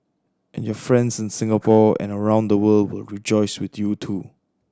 and your friends in Singapore and around the world will rejoice with you too